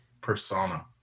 persona